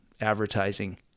advertising